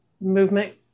movement